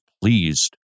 pleased